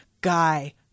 guy